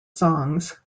songs